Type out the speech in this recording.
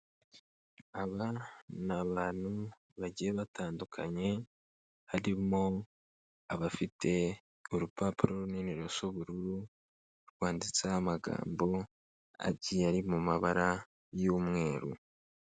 Aba ni abantu bagiye batandukanye, harimo abafite urupapuro runini rusa ubururu, rwanditseho amagambo agiye ari mu mabara y'umweru.